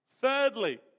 Thirdly